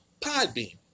Podbeam